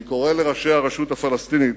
אני קורא לראשי הרשות הפלסטינית